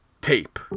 tape